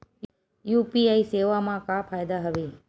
UPI सेवा मा का फ़ायदा हवे?